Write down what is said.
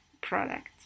product